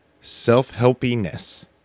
self-helpiness